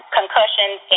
concussions